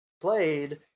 played